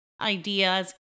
ideas